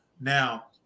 Now